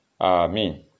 Amen